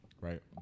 right